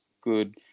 good